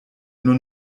nur